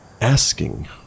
Asking